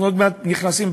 אנחנו עוד מעט נכנסים,